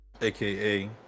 aka